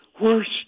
worst